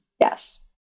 Yes